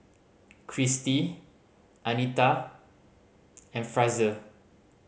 Kirstie Anita and Frazier